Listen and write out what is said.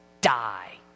die